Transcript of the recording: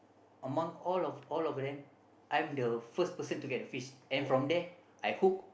among all of all of them I'm the first person to get the fish and from there I hook